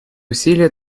усилия